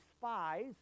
spies